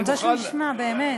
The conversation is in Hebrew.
אני רוצה שהוא ישמע, באמת.